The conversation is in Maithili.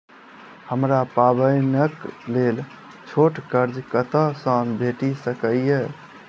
हमरा पाबैनक लेल छोट कर्ज कतऽ सँ भेटि सकैये?